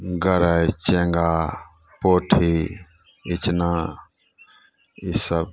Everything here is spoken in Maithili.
गरै चेङ्गा पोठी इचना ईसब